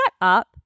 up